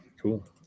Cool